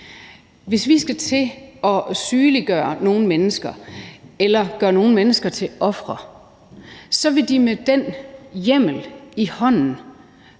mennesker eller gøre nogle mennesker til ofre, vil de med den hjemmel i hånden